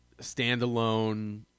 standalone